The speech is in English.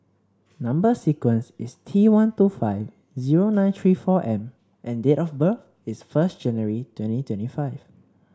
number sequence is T one two five zero nine three four M and date of birth is first January twenty twenty five